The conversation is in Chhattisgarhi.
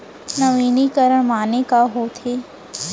नवीनीकरण माने का होथे?